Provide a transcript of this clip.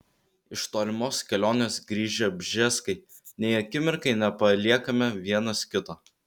iš tolimos kelionės grįžę bžeskai nei akimirkai nepaliekame vienas kito